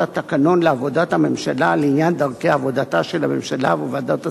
התקנון לעבודת הממשלה לעניין דרכי עבודתה של הממשלה וועדת השרים,